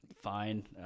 Fine